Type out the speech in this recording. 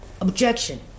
objection